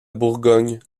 bourgogne